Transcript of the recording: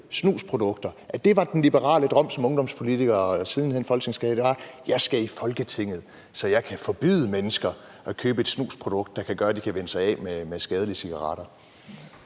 Var den liberale drøm, som ungdomspolitikeren og siden hen folketingspolitikeren havde: Jeg skal i Folketinget, så jeg kan forbyde mennesker at købe et snusprodukt, der kan gøre, at de kan vænne sig af med at bruge skadelige cigaretter?